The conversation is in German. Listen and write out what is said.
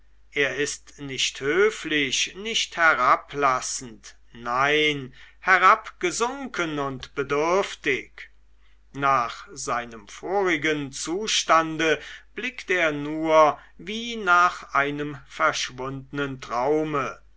er ist nicht höflich nicht herablassend nein herabgesunken und bedürftig nach seinem vorigen zustande blickt er nur wie nach einem verschwundnen traume